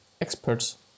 experts